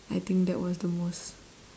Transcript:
I think that was the most